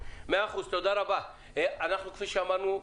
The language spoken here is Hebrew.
כפי שאמרנו,